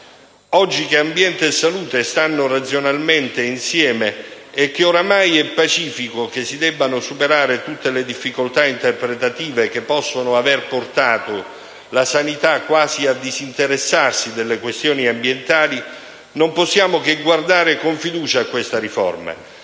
Oggi, poiché ambiente e salute stanno razionalmente insieme e oramai è pacifico che si debbano superare tutte le difficoltà interpretative che possono aver portato la Sanità quasi a disinteressarsi delle questioni ambientali, non possiamo che guardare con fiducia a questa riforma,